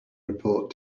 report